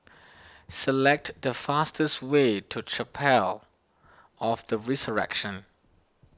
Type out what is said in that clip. select the fastest way to Chapel of the Resurrection